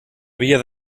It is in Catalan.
havia